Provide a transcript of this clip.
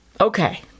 Okay